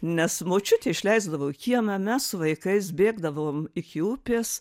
nes močiutė išleisdavo į kiemą mes su vaikais bėgdavom iki upės